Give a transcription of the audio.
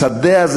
השדה הזה,